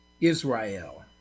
israel